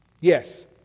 Yes